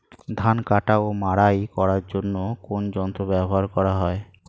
ধান কাটা ও মাড়াই করার জন্য কোন যন্ত্র ব্যবহার করা হয়?